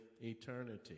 eternity